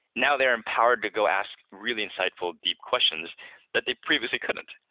now they are empowered to go ask really insightful deep questions that they previously couldn't.